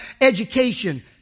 education